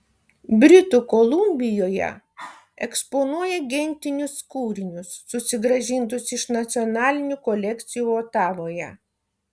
britų kolumbijoje eksponuoja gentinius kūrinius susigrąžintus iš nacionalinių kolekcijų otavoje